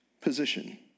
position